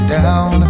down